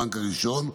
הבנק הראשון,